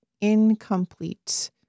Incomplete